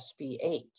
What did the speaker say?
sb8